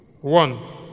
One